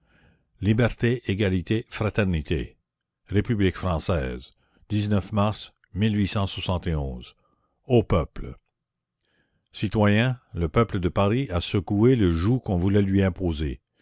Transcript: liberté egalité fraternité épublique française mars ô peuple citoyens le peuple de paris a secoué le joug qu'on voulait lui imposer